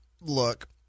look